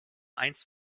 eins